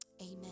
amen